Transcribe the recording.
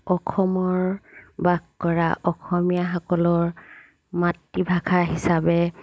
অসমৰ বাস কৰা অসমীয়াসকলৰ মাতৃভাষা হিচাপে